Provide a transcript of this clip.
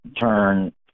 turn –